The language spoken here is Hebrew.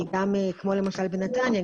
כמו למשל בנתניה,